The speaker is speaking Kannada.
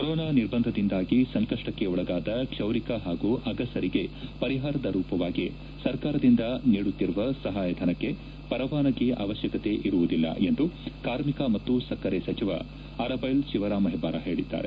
ಕೊರೊನಾ ನಿರ್ಬಂಧದಿಂದಾಗಿ ಸಂಕಪ್ಪಕೊಳಗಾದ ಕ್ಷೌರಿಕ ಹಾಗೂ ಅಗಸರಿಗೆ ಪರಿಹಾರದ ರೂಪವಾಗಿ ಸರ್ಕಾರದಿಂದ ನೀಡುತ್ತಿರುವ ಸಹಾಯಧನಕ್ಕೆ ಪರವಾನಗಿ ಅವಶ್ಯಕತೆ ಇರುವುದಿಲ್ಲ ಎಂದು ಕಾರ್ಮಿಕ ಮತ್ತು ಸಕ್ಕರೆ ಸಚಿವ ಅರಬ್ನೆಲ್ ತಿವರಾಮ ಹೆಬ್ಲಾರ ಹೇಳಿದ್ದಾರೆ